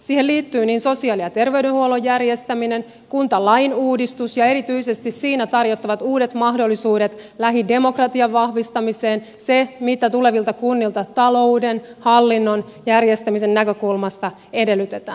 siihen liittyy sosiaali ja terveydenhuollon järjestäminen kuntalain uudistus ja erityisesti siinä tarjottavat uudet mahdollisuudet lähidemokratian vahvistamiseen se mitä tulevilta kunnilta talouden hallinnon järjestämisen näkökulmasta edellytetään